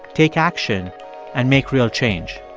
take action and make real change.